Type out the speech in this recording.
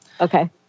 Okay